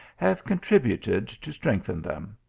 have contributed to strengthen them.